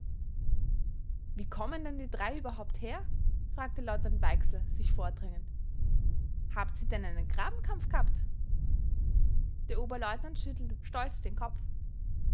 wie kommen denn die drei überhaupt her fragte leutnant weixler sich vordrängend habt's ihr denn einen grabenkampf g'habt der oberleutnant schüttelte stolz den kopf